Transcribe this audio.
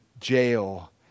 jail